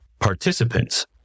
Participants